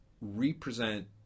represent